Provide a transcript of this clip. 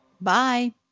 Bye